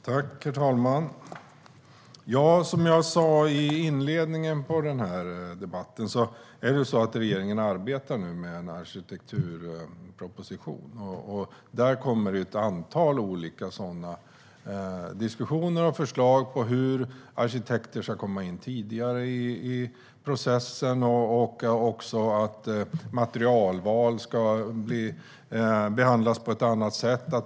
Herr talman! Som jag sa i inledningen av den här debatten arbetar nu regeringen med en arkitekturproposition. Där kommer ett antal olika diskussioner och förslag till hur arkitekter ska komma in tidigare i processen. Materialval ska behandlas på ett annat sätt.